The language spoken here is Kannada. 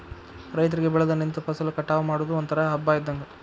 ರೈತರಿಗೆ ಬೆಳದ ನಿಂತ ಫಸಲ ಕಟಾವ ಮಾಡುದು ಒಂತರಾ ಹಬ್ಬಾ ಇದ್ದಂಗ